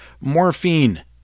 Morphine